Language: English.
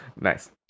Nice